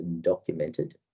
documented